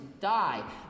die